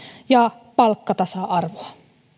ja palkkatasa arvoa